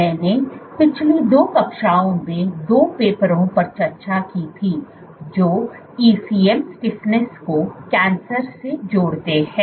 मैंने पिछली 3 कक्षाओं में 2 पेपरों पर चर्चा की थी जो ECM स्टिफनेस को कैंसर से जोड़ते हैं